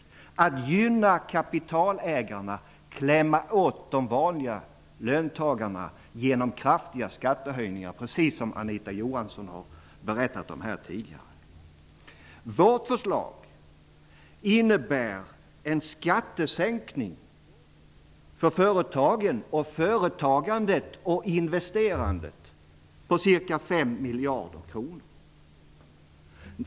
Man gynnar kapitalägarna och klämmer åt de vanliga löntagarna genom kraftiga skattehöjningar, precis som Anita Johansson har berättat om här tidigare. Vårt förslag innebär en skattesänkning för företagen, företagandet och investeringar på cirka fem miljarder kronor.